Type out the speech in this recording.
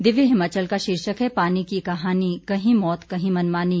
दिव्य हिमाचल का शीर्षक है पानी की कहानी कहीं मौत कहीं मनमानी